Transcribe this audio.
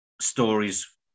stories